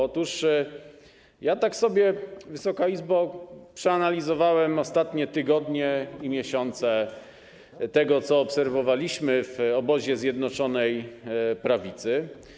Otóż ja tak sobie, Wysoka Izbo, przeanalizowałem ostatnie tygodnie i miesiące, jeśli chodzi o to, co obserwowaliśmy w obozie Zjednoczonej Prawicy.